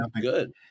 good